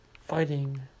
fighting